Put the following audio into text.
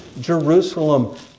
Jerusalem